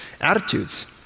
attitudes